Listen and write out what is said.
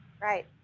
Right